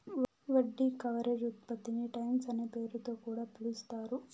వడ్డీ కవరేజ్ ఉత్పత్తిని టైమ్స్ అనే పేరుతొ కూడా పిలుస్తారు